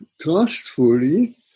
trustfully